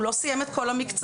הוא לא סיים את כל המקצועות.